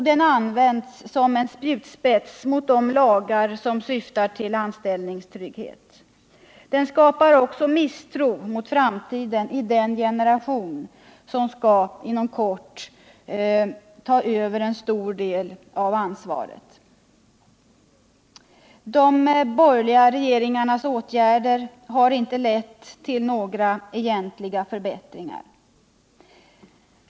Den används som spjutspets mot lagar som syftar till anställningstrygghet. Den skapar också misstro mot framtiden i den generation som inom kort skall ta över en stor del av ansvaret. De borgerliga regeringarnas åtgärder har inte lett till några egentliga förbättringar.